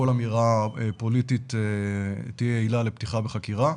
אמירה פוליטית תהיה עילה לפתיחה בחקירה,